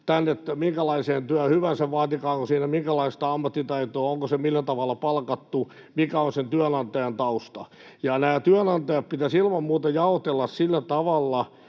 minkälaiseen työhön he tänne tulevat, vaaditaanko siinä minkälaista ammattitaitoa, onko se millä tavalla palkattu ja mikä on sen työnantajan tausta. Työnantajat pitäisi ilman muuta jaotella sillä tavalla,